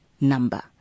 number